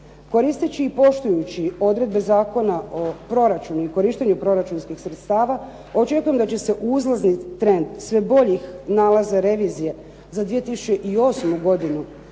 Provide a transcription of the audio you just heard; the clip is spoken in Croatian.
Koristeći i poštujući odredbe Zakona o proračunu i korištenju proračunskih sredstava, očekujem da će se uzlazni trend sve boljih nalaza revizije za 2008. godinu